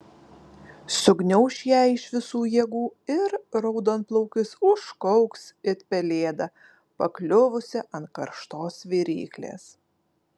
sugniauš ją iš visų jėgų ir raudonplaukis užkauks it pelėda pakliuvusi ant karštos viryklės